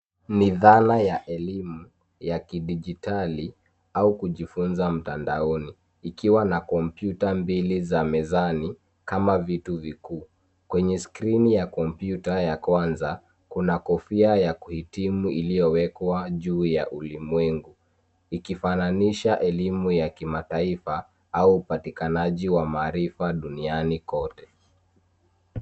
Ni dhana ya elimu ya kidijitali au kujifunza mtandaoni, ikiwa na kompyuta mbili za mezani kama vitu vikuu. Kwenye skrini ya kompyuta ya kwanza, kuna kofia ya kuhitimu iliyowekwa juu ya ulimwengu, ikifananisha elimu ya kimataifa au upatikanaji wa maarifa duniani kote.